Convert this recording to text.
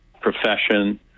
profession